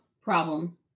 problem